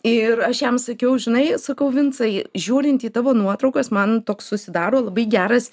ir aš jam sakiau žinai sakau vincai žiūrint į tavo nuotraukas man toks susidaro labai geras